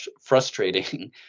frustrating